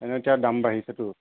এনে এতিয়া দাম বাঢ়িছেতো